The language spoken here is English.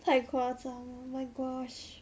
太夸张 my gosh